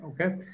Okay